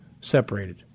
separated